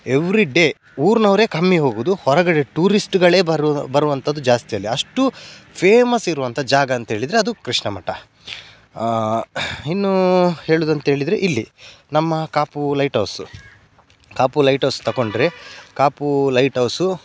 everyday ಊರಿನವ್ರೆ ಕಮ್ಮಿ ಹೋಗೋದು ಹೊರಗಡೆ ಟೂರಿಸ್ಟ್ಗಳೇ ಬರು ಬರುವಂಥದ್ದು ಜಾಸ್ತಿ ಅಲ್ಲಿ ಅಷ್ಟು ಫೇಮಸ್ ಇರುವಂಥ ಜಾಗ ಅಂತೇಳಿದರೆ ಅದು ಕೃಷ್ಣ ಮಠ ಇನ್ನು ಹೇಳೋದಂತೇಳಿದ್ರೆ ಇಲ್ಲಿ ನಮ್ಮ ಕಾಪು ಲೈಟ್ಹೌಸು ಕಾಪು ಲೈಟ್ಹೌಸ್ ತಗೊಂಡ್ರೆ ಕಾಪು ಲೈಟ್ಹೌಸು